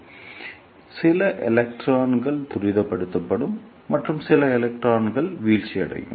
எனவே சில எலக்ட்ரான் துரிதப்படுத்தப்படும் மற்றும் சில எலக்ட்ரான்கள் வீழ்ச்சியடையும்